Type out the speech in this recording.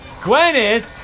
Gwyneth